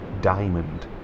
diamond